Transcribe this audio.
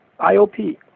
IOP